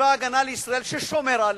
בצבא-הגנה לישראל, ששומר עלינו,